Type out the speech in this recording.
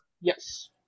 Yes